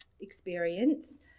experience